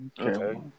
okay